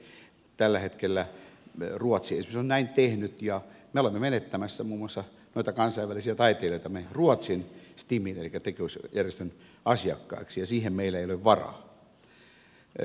tällä hetkellä ruotsi esimerkiksi on näin tehnyt ja me olemme menettämässä muun muassa noita kansainvälisiä taiteilijoitamme ruotsin stimin elikkä tekijänoikeusjärjestön asiakkaiksi ja siihen meillä ei ole varaa